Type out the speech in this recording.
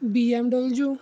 BMW